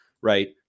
right